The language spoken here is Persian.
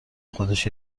خودش